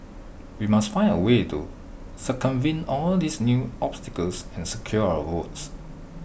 we must find A way to circumvent all these new obstacles and secure our votes